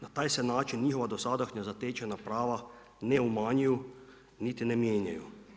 Na taj se način njihova dosadašnja zatečena prava ne umanjuju niti ne mijenjaju.